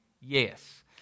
yes